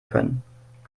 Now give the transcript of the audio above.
können